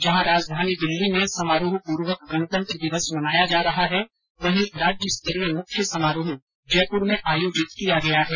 जहां राजधानी दिल्ली में समारोहपूर्वक गणतंत्र दिवस मनाया जा रहा है वहीं राज्यस्तरीय मुख्य समारोह जयपुर में आयोजित किया गया है